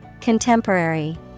Contemporary